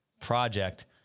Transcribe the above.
project